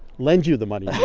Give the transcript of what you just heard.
lend you the money yeah